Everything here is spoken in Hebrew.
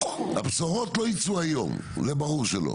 הבשורות לא יצאו היום, ברור שלו.